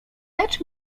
lecz